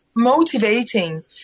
Motivating